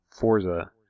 Forza